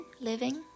living